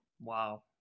Wow